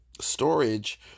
storage